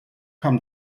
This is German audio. kam